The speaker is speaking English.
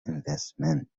investment